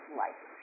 life